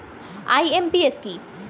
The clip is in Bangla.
আই.এম.পি.এস কি?